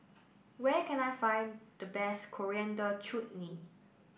where can I find the best Coriander Chutney